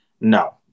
No